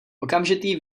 okamžitý